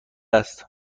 است